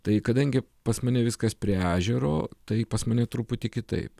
tai kadangi pas mane viskas prie ežero tai pas mane truputį kitaip